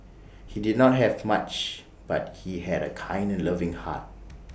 he did not have much but he had A kind and loving heart